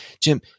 Jim